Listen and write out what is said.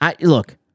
Look